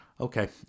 Okay